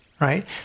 right